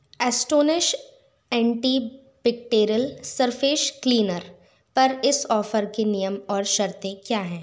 astonish antibacterial surface cleaner पर इस offer के नियम और शर्तें क्या हैं